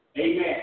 Amen